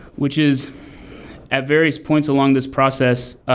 which is at various points along this process,